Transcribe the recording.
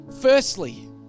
firstly